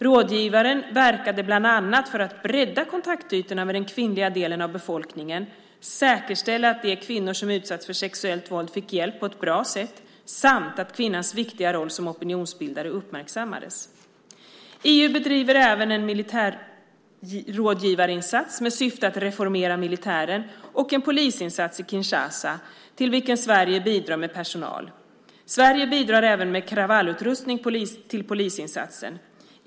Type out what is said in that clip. Rådgivaren verkade bland annat för att bredda kontaktytorna med den kvinnliga delen av befolkningen, säkerställa att de kvinnor som utsatts för sexuellt våld fick hjälp på ett bra sätt, samt att kvinnans viktiga roll som opinionsbildare uppmärksammades. EU bedriver även en militärrådgivarinsats med syfte att reformera militären och en polisinsats i Kinshasa, till vilka Sverige bidrar med personal. Sverige bidrar även med kravallutrustning till polisinsatsen.